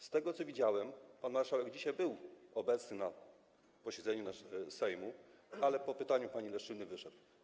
Z tego, co widziałem, pan marszałek dzisiaj był obecny na posiedzeniu Sejmu, ale po pytaniu pani Leszczyny wyszedł.